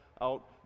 out